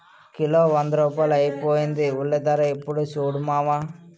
kilo వంద రూపాయలైపోయింది ఉల్లిధర యిప్పుడు సూడు మావా